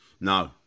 No